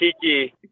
Kiki